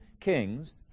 Kings